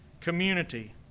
community